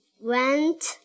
Went